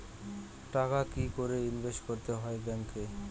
টাকা কি করে ইনভেস্ট করতে হয় ব্যাংক এ?